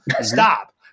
Stop